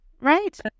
Right